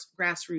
grassroots